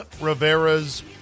Rivera's